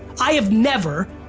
i have never,